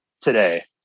today